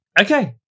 Okay